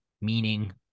meaning